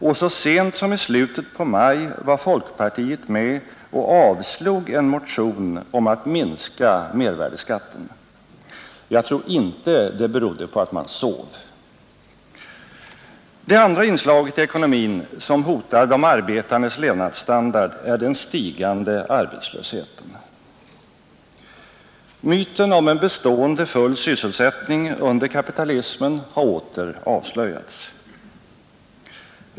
Och så sent som i slutet på maj var folkpartiet med och avslog en motion om att minska mervärdeskatten. Jag tror inte det berodde på att man sov. Det andra inslaget i ekonomin som hotar de arbetandes levnadsstandard är den stigande arbetslösheten. Myten om en bestående full sysselsättning under kapitalismen har åter avslöjats.